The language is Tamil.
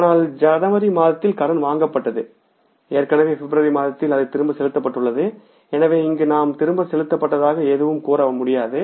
ஆனால் ஜனவரி மாதத்தில் கடன் வாங்கப்பட்டது ஏற்கனவே பிப்ரவரி மாதத்தில் அது திருப்பிச் செலுத்தப்பட்டுள்ளது எனவே இங்கு நாம் திருப்பிச் செலுத்தப்படவேண்டியது எதுவும் இல்லை கூற முடியும்